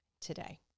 today